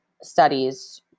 studies